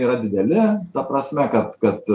yra dideli ta prasme kad kad